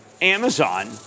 Amazon